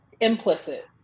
implicit